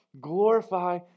Glorify